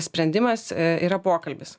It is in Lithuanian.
sprendimas yra pokalbis